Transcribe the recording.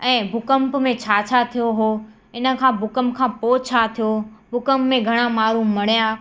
ऐं भूकंप में छा छा थियो हुओ इन खां भूकंप खां पोइ छा थियो भूकंप में घणा माण्हू मणिया